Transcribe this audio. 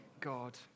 God